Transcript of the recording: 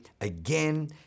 again